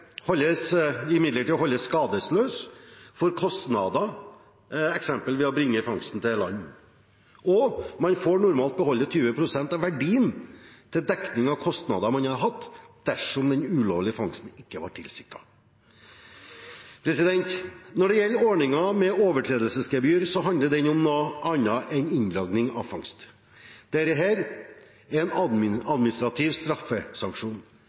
holdes imidlertid skadesløs for kostnader ved f.eks. å bringe fangsten til land, og man får normalt beholde 20 pst. av verdien til dekning av kostnader man har hatt, dersom den ulovlige fangsten ikke var tilsiktet. Når det gjelder ordningen med overtredelsesgebyr, handler den om noe annet enn inndragning av fangst. Dette er en administrativ straffesanksjon,